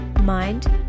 mind